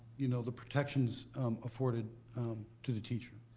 you know, the protections afforded to the teacher.